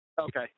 Okay